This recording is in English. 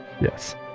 Yes